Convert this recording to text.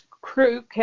crew